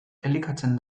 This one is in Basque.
elikatzen